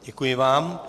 Děkuji vám.